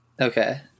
Okay